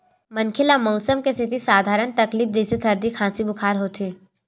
मनखे ल मउसम के सेती सधारन तकलीफ जइसे सरदी, खांसी, बुखार होथे